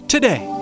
Today